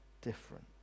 different